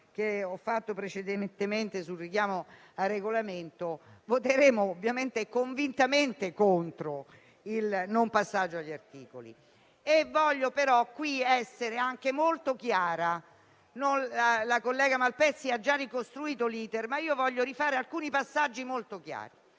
che ho fatto precedentemente sul richiamo al Regolamento, voteremo convintamente contro il non passaggio agli articoli. Voglio, però, essere molto chiara. La collega Malpezzi ha già ricostruito l'*iter*, ma voglio ripercorrere alcuni passaggi molto chiari.